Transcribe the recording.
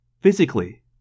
Physically